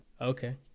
Okay